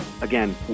again